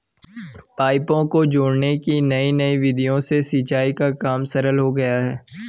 पाइपों को जोड़ने की नयी नयी विधियों से सिंचाई का काम सरल हो गया है